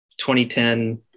2010